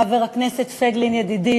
חבר הכנסת פייגלין ידידי,